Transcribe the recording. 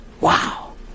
Wow